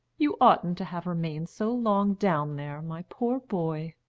you oughtn't to have remained so long down there, my poor boy.